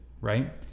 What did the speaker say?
right